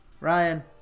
Ryan